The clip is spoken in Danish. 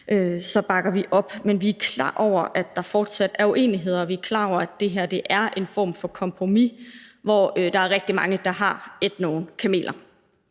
vi bakker op. Men vi er klar over, at der fortsat er uenigheder, vi er klar over, at det her er en form for kompromis, hvor der er rigtig mange, der har ædt nogle kameler.